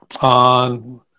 on